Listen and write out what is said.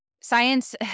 science